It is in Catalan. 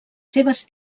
seves